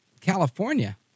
California